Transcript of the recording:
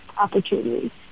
opportunities